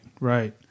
right